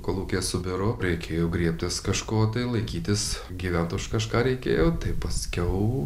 kolūkiai subiro reikėjo griebtis kažko tai laikytis gyvent už kažką reikėjo tai paskiau